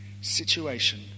situation